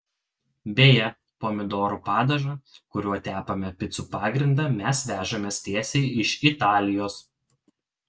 beje pomidorų padažą kuriuo tepame picų pagrindą mes vežamės tiesiai iš italijos